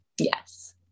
Yes